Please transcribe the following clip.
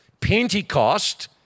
Pentecost